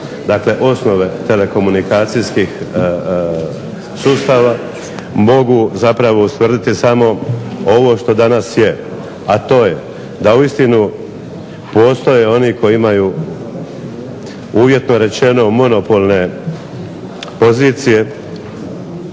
dakle osnove telekomunikacijskih sustava mogu ustvrditi samo ono što danas je a to je da uistinu postoje oni koji imaju uvjetno rečeno monopolne pozicije